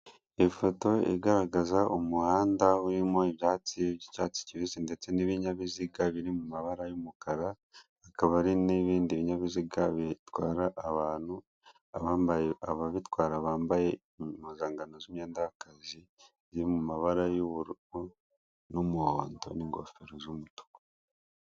Ifoto igaragaza umuhanda urimo ibyatsi by'icyatsi kibisi ndetse n'ibinyabiziga biri mu mabara y'umukarakaba ari n'ibindi binyabiziga bitwara abantu ababitwara bambaye impuzangano z'imyenda y'akazi ziri mu amabara y'ubururu n'umuhondo n'ingofero z'umutuku.